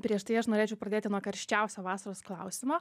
prieš tai aš norėčiau pradėti nuo karščiausio vasaros klausimo